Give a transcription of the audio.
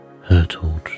hurtled